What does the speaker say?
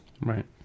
Right